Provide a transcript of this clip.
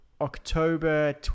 october